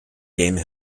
game